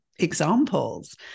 examples